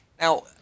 Now